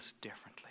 differently